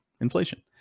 inflation